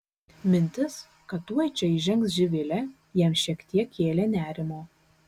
mintis kad tuoj čia įžengs živilė jam šiek tiek kėlė nerimo